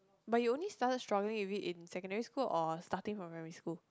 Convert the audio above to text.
but you only started struggling with it in secondary school or starting from primary school